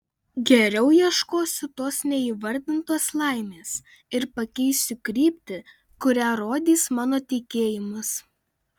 geriau ieškosiu tos neįvardintos laimės ir pakeisiu kryptį kurią rodys mano tikėjimas